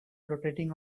rotating